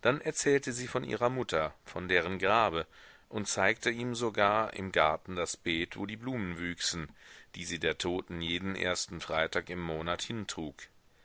dann erzählte sie von ihrer mutter von deren grabe und zeigte ihm sogar im garten das beet wo die blumen wüchsen die sie der toten jeden ersten freitag im monat hintrug